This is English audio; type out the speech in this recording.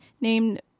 named